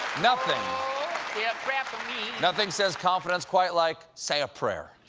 nothing yeah nothing says confidence quite like say a prayer.